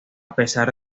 pesar